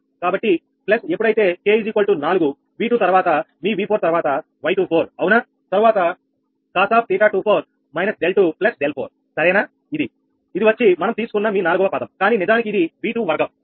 కాబట్టి ప్లస్ ఎప్పుడైతే k4V2 తర్వాత మీ V4 తర్వాతY24 అవునా తర్వాత cos𝜃24 − 𝛿2 𝛿4 సరేనా ఇది ఇది వచ్చి మనం తీసుకున్న మీ 4 వ పదం కానీ నిజానికి ఇది V2 వర్గం అవునా